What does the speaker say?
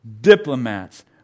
diplomats